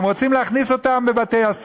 הם רוצים להכניס אותם לבתי-הסוהר.